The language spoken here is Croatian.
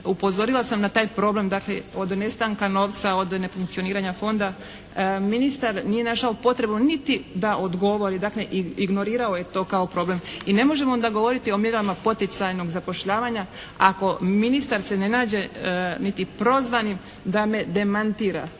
upozorila sam na taj problem od nestanka novca od nefunkcioniranja fonda. Ministar nije našao potrebu niti da odgovori dakle ignorirao je to kao problem. I ne možemo onda govoriti o mjerama poticajnog zapošljavanja ako ministar se ne nađe niti prozvanim da me demantira.